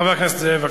חבר הכנסת נסים זאב,